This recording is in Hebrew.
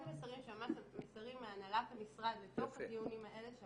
אחד המסרים מהנהלת המשרד בתוך הדיונים האלה,